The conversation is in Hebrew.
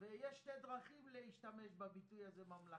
ויש שתי דרכים להשתמש בביטוי הזה: ממלכתי.